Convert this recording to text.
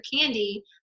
candy